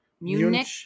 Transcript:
Munich